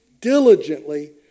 diligently